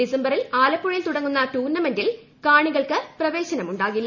ഡിസംബറിൽ ആലപ്പുഴയിൽ തുടങ്ങുന്ന ടൂർണ്ണമെന്റിൽ കാണികൾക്ക് പ്രവേശനമുണ്ടാകില്ല